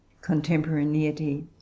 contemporaneity